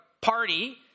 party